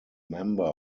member